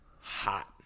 hot